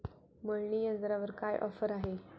मळणी यंत्रावर काय ऑफर आहे?